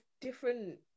different